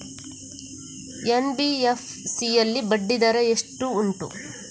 NBFC ಯಲ್ಲಿ ಬಡ್ಡಿ ದರ ಎಷ್ಟು ಉಂಟು?